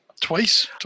Twice